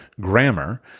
grammar